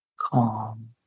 calm